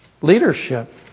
leadership